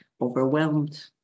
overwhelmed